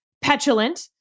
petulant